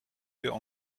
wir